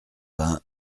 vingts